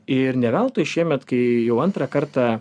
ir ne veltui šiemet kai jau antrą kartą